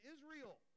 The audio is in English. Israel